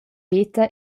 veta